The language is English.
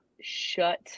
shut